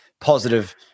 positive